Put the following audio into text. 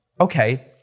okay